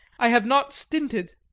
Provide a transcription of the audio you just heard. i have not stinted.